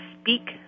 speak